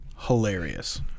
hilarious